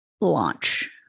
launch